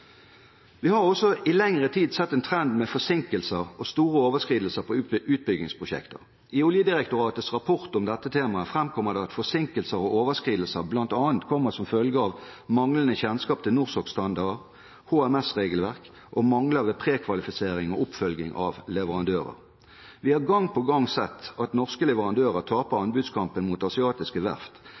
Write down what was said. Vi har også i lengre tid sett en trend med forsinkelser og store overskridelser på utbyggingsprosjekter. I Oljedirektoratets rapport om dette temaet framkommer det at forsinkelser og overskridelser bl.a. kommer som følge av manglende kjennskap til NORSOK-standarder, HMS-regelverk og mangler ved prekvalifisering og oppfølging av leverandører. Vi har gang på gang sett at norske leverandører taper anbudskampen mot asiatiske verft,